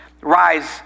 rise